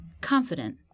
confident